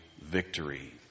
victory